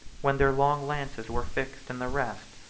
when their long lances were fixed in the rest,